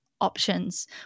options